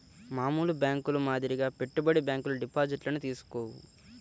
మామూలు బ్యేంకుల మాదిరిగా పెట్టుబడి బ్యాంకులు డిపాజిట్లను తీసుకోవు